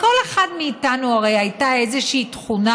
לכל אחד מאיתנו הרי הייתה איזושהי תכונה